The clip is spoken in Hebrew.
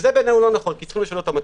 וזה לא נכון בעינינו כי יש לשנות את המצב.